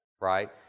right